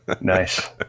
Nice